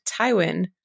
Tywin